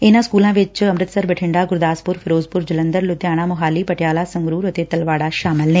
ਇਨਾਂ ਸਕੁਲਾਂ ਵਿਚ ਅੰਮਿਤਸਰ ਬਠਿੰਡਾ ਗੁਰਦਾਸਪੁਰ ਫਿਰੋਜ਼ਪੁਰ ਜਲੰਧਰ ਲੁਧਿਆਣਾ ਮੋਹਾਲੀ ਪਟਿਆਲਾ ਸੰਗਰੁਰ ਅਤੇ ਤਲੱਵਾੜਾ ਸ਼ਾਮਲ ਨੇ